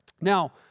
Now